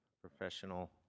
Professional